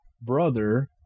brother